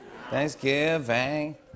Thanksgiving